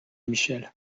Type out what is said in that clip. michel